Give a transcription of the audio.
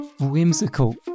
whimsical